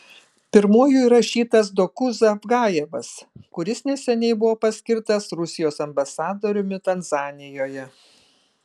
pirmuoju įrašytas doku zavgajevas kuris neseniai buvo paskirtas rusijos ambasadoriumi tanzanijoje